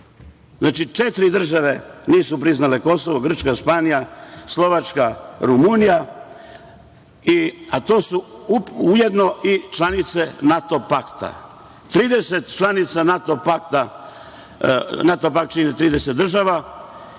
Znači, četiri države nisu priznale Kosovo: Grčka, Španija, Slovačka i Rumunija, a to su ujedno i članice NATO pakta. NATO pakt čini 30 država